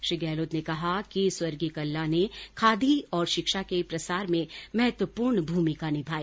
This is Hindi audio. श्री गहलोत ने कहा कि स्व कल्ला ने खादी और शिक्षा के प्रसार में महत्वपूर्ण भूमिका निभाई